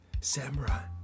Samurai